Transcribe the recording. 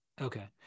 Okay